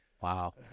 Wow